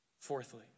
Fourthly